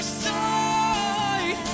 side